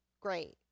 great